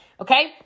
okay